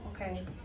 okay